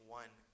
one